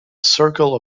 circle